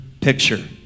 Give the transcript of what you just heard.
picture